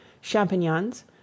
champignons